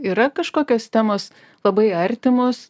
yra kažkokios temos labai artimos